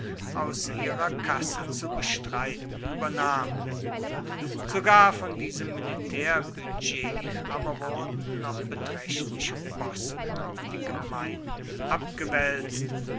aus ihrer kasse zu bestreiten übernahm sogar von diesem militärbudget aber wurden noch beträchtliche posten auf die gemeinden abgewälzt